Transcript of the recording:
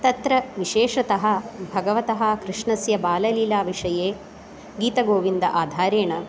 तत्र विशेषतः भगवतः कृष्णस्य बाललीला विषये गीतगोविन्दस्य आधारेण